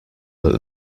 that